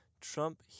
Trump